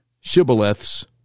shibboleths